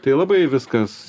tai labai viskas